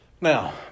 Now